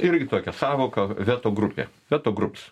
irgi tokia sąvoka veto grupė veto grups